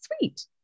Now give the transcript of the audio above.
Sweet